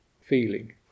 Feeling